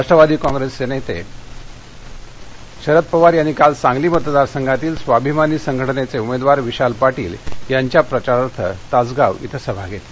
राष्ट्रवादी कॉग्रस्ट्रिक महा अरद पवार यांनी काल सांगली मतदारसंघातील स्वाभिमानी संघटनद्वाञ्मद्वार विशाल पाटील यांच्या प्रचारार्थ तासगाव इथसिभा घरली